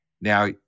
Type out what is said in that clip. Now